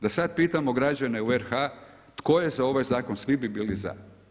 Da sad pitamo građane u RH tko je za ovaj zakon, svi bi bili za.